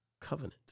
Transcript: covenant